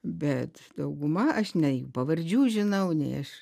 bet dauguma aš nei pavardžių žinau nei aš